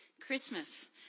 Christmas